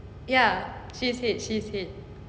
ya she is head she is head